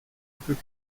peut